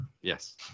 Yes